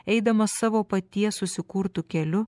eidamas savo paties susikurtu keliu